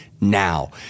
now